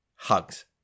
Hugs